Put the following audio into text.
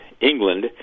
England